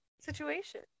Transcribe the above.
situation